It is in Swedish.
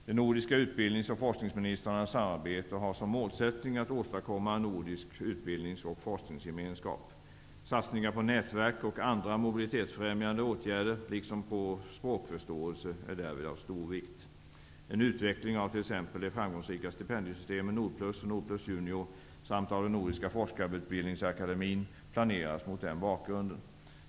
De nordiska utbildnings och forskningsministrarnas samarbete har som målsättning att åstadkomma nordisk utbildningsoch forskningsgemenskap. Satsningar på nätverk och andra mobilitetsfrämjande åtgärder liksom på språkförståelse är därvid av stor vikt. En utveckling av t.ex. de framgångsrika stipendiesystemen planeras mot den bakgrunden.